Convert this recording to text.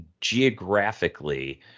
geographically